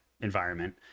environment